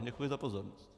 Děkuji za pozornost.